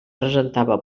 presentava